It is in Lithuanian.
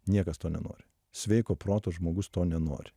niekas to nenori sveiko proto žmogus to nenori